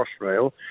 Crossrail